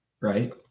Right